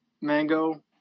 mango